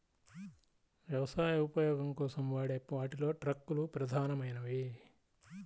వ్యవసాయ ఉపయోగం కోసం వాడే వాటిలో ట్రక్కులు ప్రధానమైనవి